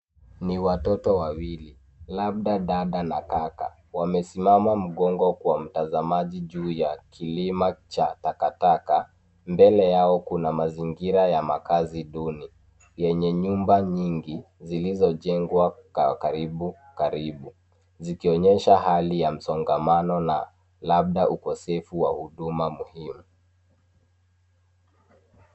Ni watoto wawili, labda dada na kaka, wamesimama mgongo kwa mtazamaji juu ya kilima cha takataka. Mbele yao kuna mazingira ya makazi duni, yenye nyumba nyingi zilizo jengwa karibu karibu, zikionyesha hali ya msongamano na labda ukosefu wa huduma muhimu.